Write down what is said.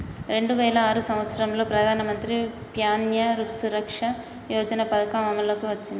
రెండు వేల ఆరు సంవత్సరంలో ప్రధానమంత్రి ప్యాన్య సురక్ష యోజన పథకం అమల్లోకి వచ్చింది